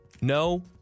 no